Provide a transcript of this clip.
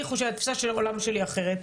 תפיסת העולם שלי היא אחרת,